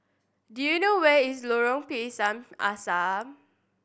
do you know where is Lorong Pisang Asam